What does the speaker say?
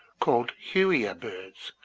called huia birds,